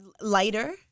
lighter